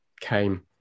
came